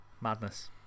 Madness